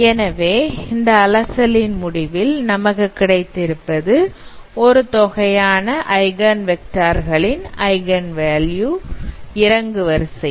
எனவே இந்த அலசலின் முடிவில் நமக்கு கிடைத்திருப்பது ஒரு தொகையான ஐகன் வெக்டார் களின் ஐகன்வேல்யூ இறங்கு வரிசையில்